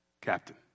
Captain